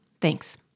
Thanks